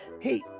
Hey